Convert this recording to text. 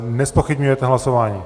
Nezpochybňujete hlasování?